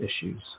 issues